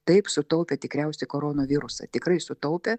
taip sutaupė tikriausiai koronavirusą tikrai sutaupė